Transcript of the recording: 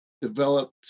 developed